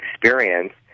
experience